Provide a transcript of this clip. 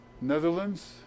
Netherlands